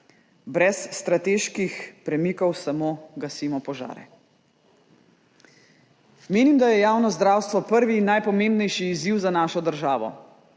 Brez strateških premikov samo gasimo požare. Menim, da je javno zdravstvo prvi in najpomembnejši izziv za našo državo.